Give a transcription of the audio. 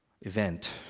event